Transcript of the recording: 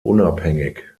unabhängig